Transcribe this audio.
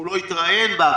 הוא לא התראיין בה,